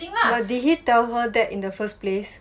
but did he tell her that in the first place